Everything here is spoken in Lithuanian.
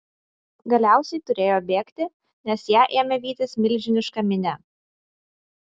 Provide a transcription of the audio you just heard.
galiausiai turėjo bėgti nes ją ėmė vytis milžiniška minia